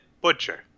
butcher